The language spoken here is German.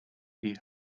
die